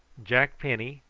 jack penny,